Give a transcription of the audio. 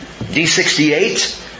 D68